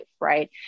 right